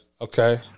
Okay